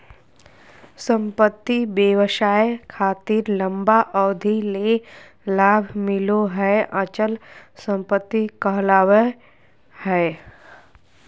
संपत्ति व्यवसाय खातिर लंबा अवधि ले लाभ मिलो हय अचल संपत्ति कहलावय हय